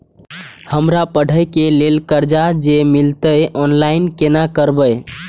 हमरा पढ़े के लेल कर्जा जे मिलते ऑनलाइन केना करबे?